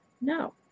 no